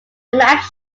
maps